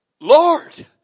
Lord